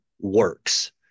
works